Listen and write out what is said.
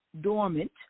dormant